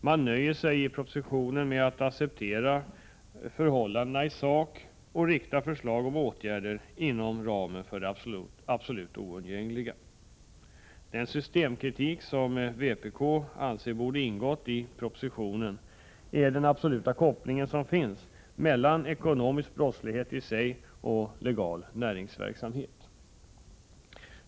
Man nöjer sig i propositionen med att acceptera förhållandena i sak och föreslår åtgärder inom ramen för det absolut oundgängliga. Den systemkritik som vpk anser borde ha ingått i propositionen gäller den absoluta koppling som finns mellan ekonomisk brottslighet i sig och legal näringsverksamhet.